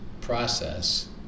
process